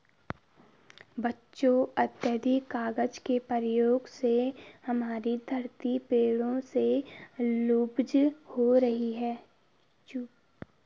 बच्चों अत्याधिक कागज के प्रयोग से हमारी धरती पेड़ों से क्षुब्ध हो रही है